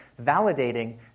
validating